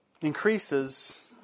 increases